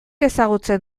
ezagutzen